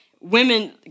women